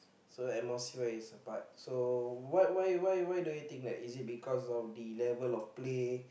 so atmosphere is a part so what why why why do you think that is it because of the level of play